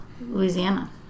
Louisiana